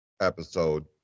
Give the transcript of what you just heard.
episode